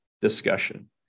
discussion